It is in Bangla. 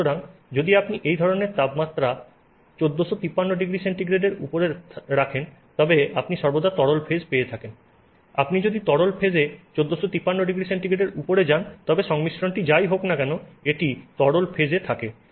সুতরাং যদি আপনি এই ধরণের তাপমাত্রা 1453ºC এর উপরে থাকেন তবে আপনি সর্বদা তরল ফেজ থাকেন আপনি যদি তরল ফেজ এ 1453ºC এর উপরে যান তবে সংমিশ্রণটি যাই হোক না কেন এটি তরল ফেজ এ থাকে